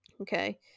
Okay